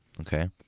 Okay